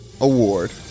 Award